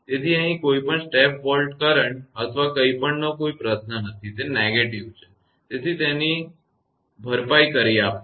તેથી અહીં કોઈ પણ સ્ટેપ વોલ્ટ કરંટ અથવા કંઈપણનો કોઈ પ્રશ્ન નથી તે negativeનકારાત્મક છે તેથી તે ભરપાઈ કરી આપે છે